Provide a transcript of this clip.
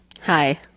Hi